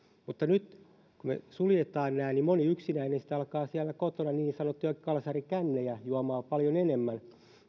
mutta nyt kun me suljemme nämä niin moni yksinäinen sitten alkaa siellä kotona niin sanottuja kalsarikännejä juomaan paljon enemmän